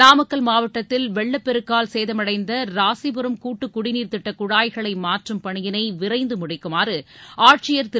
நாமக்கல் மாவட்டத்தில் வெள்ளப்பெருக்கால் சேதமடைந்த ராசிபுரம் கூட்டுக் குடிநீர் திட்ட குழாய்களை மாற்றும் பணியிளை விரைந்து முடிக்குமாறு ஆட்சியர் திரு